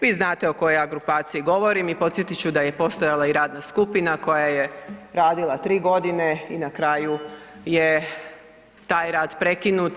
Vi znate o kojoj ja grupaciji govorim i podsjetit ću da je postojala i radna skupina koja je radila tri godine i na kraju je taj rad prekinut.